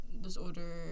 Disorder